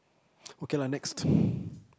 okay lah next